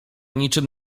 niczym